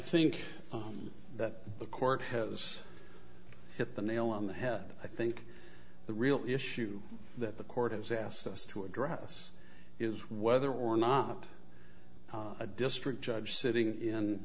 think that the court has hit the nail on the head i think the real issue that the court has asked us to address is whether or not a district judge sitting